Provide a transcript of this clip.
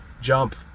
jump